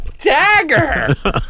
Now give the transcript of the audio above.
Dagger